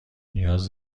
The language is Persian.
نیاز